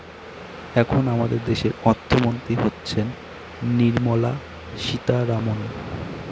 এখন আমাদের দেশের অর্থমন্ত্রী হচ্ছেন নির্মলা সীতারামন